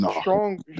strong